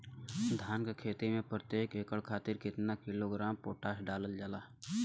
धान क खेती में प्रत्येक एकड़ खातिर कितना किलोग्राम पोटाश डालल जाला?